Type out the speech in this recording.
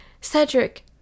Cedric